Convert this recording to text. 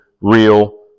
real